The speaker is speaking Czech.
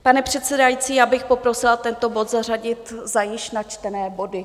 Pane předsedající, já bych poprosila tento bod zařadit za již načtené body.